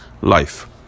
life